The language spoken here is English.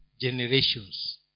generations